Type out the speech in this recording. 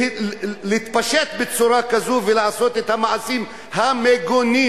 להתפשט בצורה כזו ולעשות את המעשים המגונים,